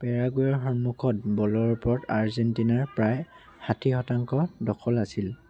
পেৰাগুৱেৰ সন্মুখত বলৰ ওপৰত আৰ্জেন্টিনাৰ প্ৰায় ষাঠি শতাংশ দখল আছিল